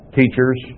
teachers